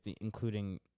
including